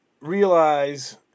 realize